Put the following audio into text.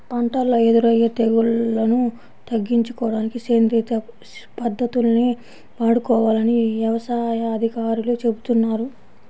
పంటల్లో ఎదురయ్యే తెగుల్లను తగ్గించుకోడానికి సేంద్రియ పద్దతుల్ని వాడుకోవాలని యవసాయ అధికారులు చెబుతున్నారు